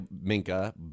Minka